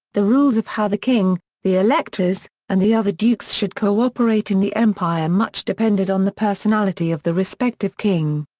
the rules of how the king, the electors, and the other dukes should cooperate in the empire much depended on the personality of the respective king.